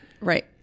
right